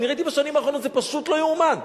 אני ראיתי בשנים האחרונות, זה פשוט לא ייאמן.